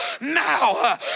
now